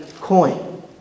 coin